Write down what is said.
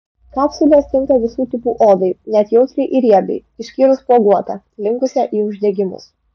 kapsulės tinka visų tipų odai net jautriai ir riebiai išskyrus spuoguotą linkusią į uždegimus